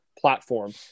platform